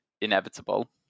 inevitable